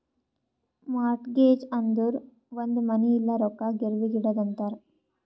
mortgage ಅಂದುರ್ ಒಂದ್ ಮನಿ ಇಲ್ಲ ರೊಕ್ಕಾ ಗಿರ್ವಿಗ್ ಇಡದು ಅಂತಾರ್